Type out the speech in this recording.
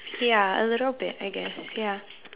ya a little bit I guess ya